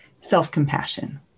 self-compassion